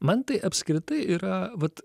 man tai apskritai yra vat